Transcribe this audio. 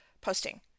posting